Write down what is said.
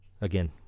Again